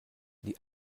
die